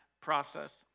process